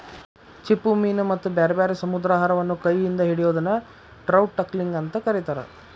ಚಿಪ್ಪುಮೇನ ಮತ್ತ ಬ್ಯಾರ್ಬ್ಯಾರೇ ಸಮುದ್ರಾಹಾರವನ್ನ ಕೈ ಇಂದ ಹಿಡಿಯೋದನ್ನ ಟ್ರೌಟ್ ಟಕ್ಲಿಂಗ್ ಅಂತ ಕರೇತಾರ